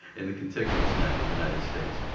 in the contiguous united states.